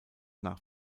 nach